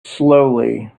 slowly